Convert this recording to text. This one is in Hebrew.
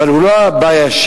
אבל הוא לא בא ישיר,